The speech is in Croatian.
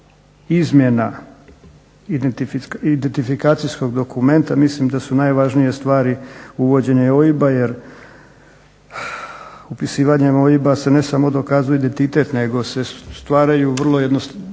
izmjena identifikacijskog dokumenta mislim da su najvažnije stvari uvođenje OIB-a jer upisivanjem OIB-a se ne samo dokazuje identitet nego se stvaraju jednostavnije